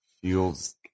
feels